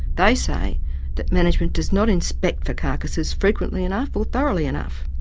they say that management does not inspect for carcasses frequently enough or thoroughly enough.